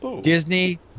Disney